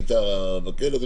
היית בכלא?